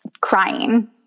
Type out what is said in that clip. crying